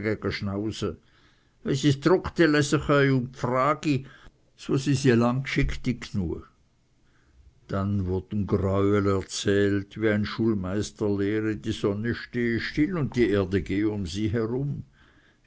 so sy si lang gschichti gnue dann wurden gräuel erzählt wie ein schulmeister lehre die sonne stehe still und die erde gehe um sie herum